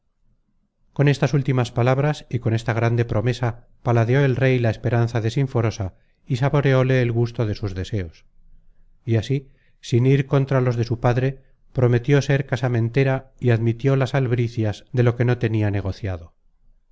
con estas últimas palabras y con esta grande promesa paladeó el rey la esperanza de sinforosa y saboreóle el gusto de sus deseos y así sin ir contra los de su padre prometió ser casamentera y admitió las albricias de lo que no tenia negociado